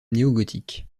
néogothique